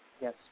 Yes